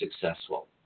successful